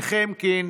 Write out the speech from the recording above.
נחמקין,